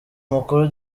mukuru